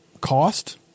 cost